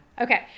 okay